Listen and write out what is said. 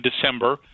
December